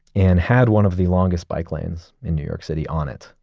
and had one of the longest bike lanes in new york city on it,